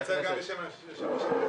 אני מתנצל גם בשם יושב-ראש הכנסת,